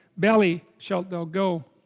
belly shalt thou go